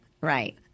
right